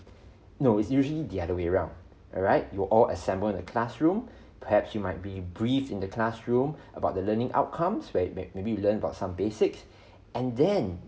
no it's usually the other way round alright you all assemble the classroom perhaps you might be brief in the classroom about the learning outcomes where may maybe you learn about some basics and then